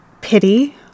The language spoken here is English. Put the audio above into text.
pity